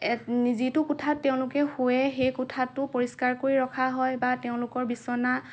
যিটো কোঠাত তেওঁলোকে শুৱে সেই কোঠাটো পৰিস্কাৰ কৰি ৰখা হয় বা তেওঁলোকৰ বিছনা